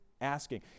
asking